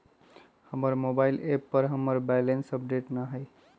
हमर mobile app पर हमर बैलेंस अपडेट न हई